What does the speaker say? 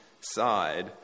side